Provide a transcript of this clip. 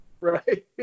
Right